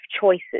choices